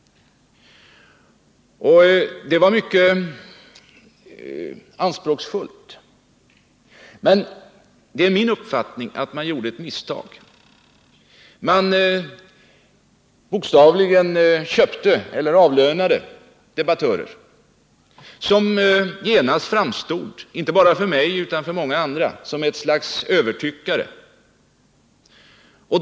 Det var mycket anspråksfullt, och det är min uppfattning att man gjorde ett misstag. Man bokstavligen avlönade debattörer, som genast framstod inte bara för mig utan också för många andra som ett slags övertyckare.